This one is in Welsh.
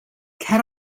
cer